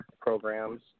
programs